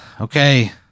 okay